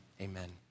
Amen